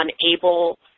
unable